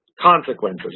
consequences